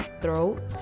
throat